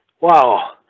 wow